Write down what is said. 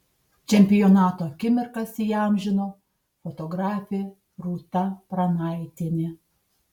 čempionato akimirkas įamžino fotografė rūta pranaitienė